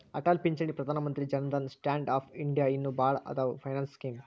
ಅಟಲ್ ಪಿಂಚಣಿ Pradhan Mantri Jan Dhan stand up India ಇನ್ನು ಭಾಳ್ ಅದಾವ್ ಫೈನಾನ್ಸ್ ಸ್ಕೇಮ್